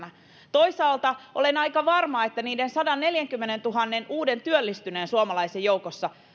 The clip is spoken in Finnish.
toisaalta olen aika varma että niiden sadanneljänkymmenentuhannen uuden työllistyneen suomalaisen joukossa